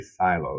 siloed